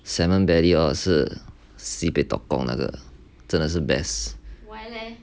salmon belly hor 是 sibeh tok gong 的真的是 best